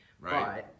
Right